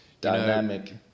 dynamic